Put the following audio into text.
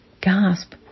gasp